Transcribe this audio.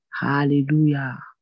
Hallelujah